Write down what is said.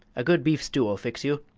a good beef stew'll fix you.